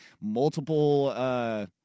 Multiple